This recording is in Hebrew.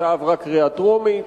ההצעה עברה בקריאה טרומית.